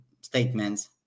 statements